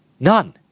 None